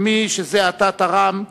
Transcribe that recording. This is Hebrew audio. ומי שזה עתה תרם,